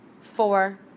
Four